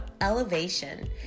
elevation